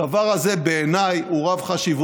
הדבר הזה בעיניי הוא רב-חשיבות.